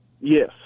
Yes